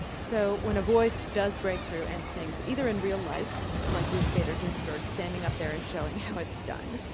so when a voice does break through and sings, either in real life, like ruth bader ginsburg, standing up there and showing how it's done,